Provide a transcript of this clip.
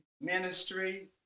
ministry